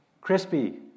crispy